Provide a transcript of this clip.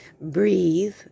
breathe